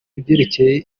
ibyerekeye